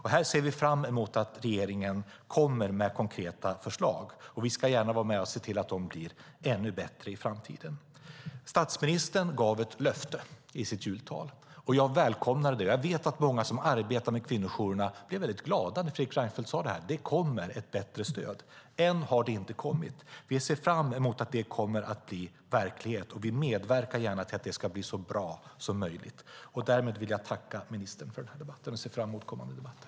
Vi ser fram mot att regeringen kommer med konkreta förslag. Vi ska gärna vara med och se till att de blir ännu bättre i framtiden. Statsministern gav ett löfte i sitt jultal. Jag välkomnade det. Jag vet att många som arbetar med kvinnojourerna blev väldigt glada över att Fredrik Reinfeldt sade att det kommer ett bättre stöd. Än har det inte kommit. Vi ser fram mot att det blir verklighet. Vi medverkar gärna till att det ska bli så bra som möjligt. Därmed vill jag tacka ministern för debatten och ser fram mot kommande debatter.